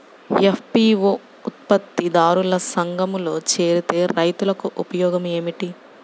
FPO ఉత్పత్తి దారుల సంఘములో చేరితే రైతులకు ఉపయోగము ఏమిటి?